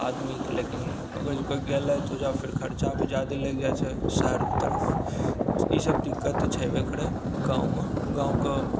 आदमीके लेकिन अगर जो केओ गेलथि तऽ ओहिठाम फिर खर्चा भी जादा लागि जाइत छै शहरके तरफ ईसब दिक्कत तऽ छेबे करै गाँवमे गाँव कऽ